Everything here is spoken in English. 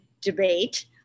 debate